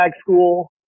school